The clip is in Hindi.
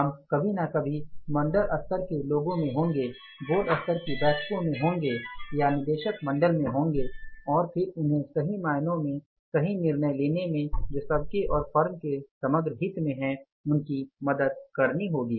हम कभी ना कभी मंडल स्तर के लोगों में होंगे बोर्ड स्तर की बैठकों में होंगे या निदेशक मंडल में होंगे और फिर उन्हें सही मायनों में सही निर्णय लेने में जो सबके और फर्म के समग्र हित में है उनकी मदद करनी होगी